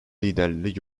liderleri